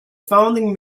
founding